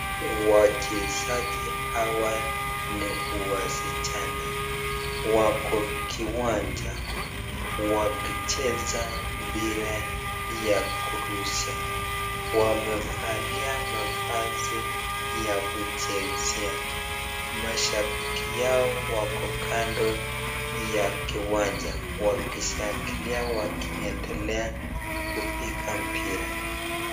Wachezaji hawa ni wasichana wako kiwanja wakicheza mpira ya kurusha. Wamevalia mavazi ya kuchezea mashabiki yao wako kando ya kiwanja wakishangilia wakiendelea kupiga mpira.